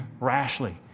rashly